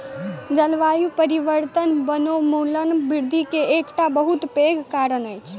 जलवायु परिवर्तन वनोन्मूलन वृद्धि के एकटा बहुत पैघ कारण अछि